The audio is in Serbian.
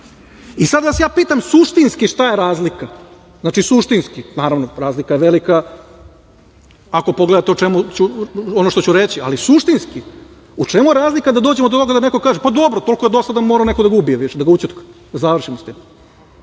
vas ja pitam suštinski šta je razlika? Znači, suštinski. Naravno, razlika je velika ako pogledate ono što ću reći, ali suštinski u čemu je razlika da dođemo do ovoga da neko kaže – pa dobro, toliko je dosadan da je morao neko da ga ubije više, da ga ućutka, da završimo sa tim.